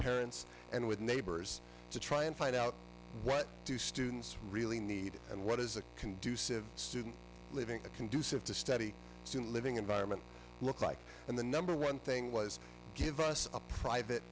parents and with neighbors to try and find out what do students really need and what is a conducive student living a conducive to study to living environment look like and the number one thing was give us a private